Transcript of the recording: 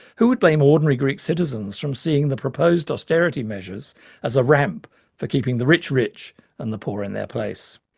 who would blame ordinary greek citizens from seeing the proposed austerity measures as a ramp for keeping the rich rich and the poor in their place.